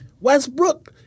Westbrook